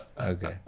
Okay